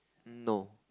no